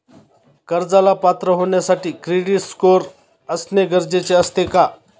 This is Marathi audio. कर्जाला पात्र होण्यासाठी क्रेडिट स्कोअर असणे गरजेचे असते का?